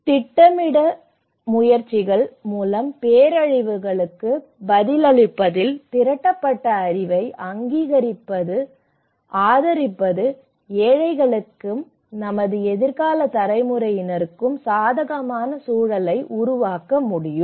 திட்டமிடல் முயற்சிகள் மூலம் பேரழிவுகளுக்கு பதிலளிப்பதில் திரட்டப்பட்ட அறிவை அங்கீகரித்து ஆதரிப்பது ஏழைகளுக்கும் நமது எதிர்கால தலைமுறையினருக்கும் சாதகமான சூழலை உருவாக்க முடியும்